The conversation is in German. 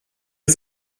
ist